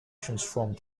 transformed